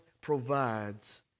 provides